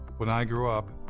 when i grew up,